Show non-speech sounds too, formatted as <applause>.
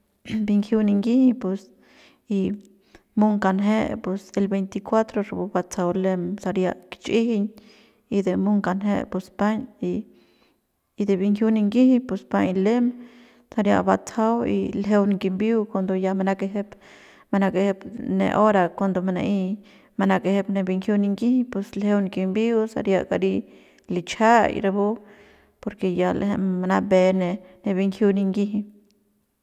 <noise> binjiu ninyiji pus y mu'ung kanje el rapu batsajau lem saria kich'ijiñ y de mung kanje pus paiñ y de binjiu ninyiji pus paiñ lem saria batsajau y l'jeun kimbiu cuando ya manakejep manekejep ne hora cuando mana'ey manakejep ne binjiu ninyiji pus ljeun kimbiu saria kari kichajaik rapu porque ya l'eje manabe ne binjiu ninyiji.